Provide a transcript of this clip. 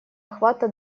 охвата